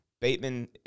Bateman